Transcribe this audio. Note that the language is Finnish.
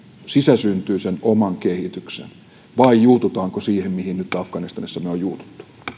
sisäsyntyisen oman kehityksen vai juututaanko siihen mihin nyt afganistanissa on juututtu